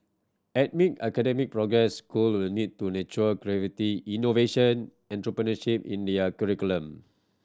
amid academic progress school will need to nurture creativity innovation and entrepreneurship in their curriculum